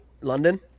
London